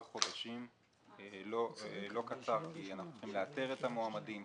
חודשים לא קטן כי אנחנו צריכים לאתר את המועמדים,